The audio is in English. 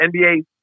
NBA